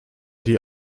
die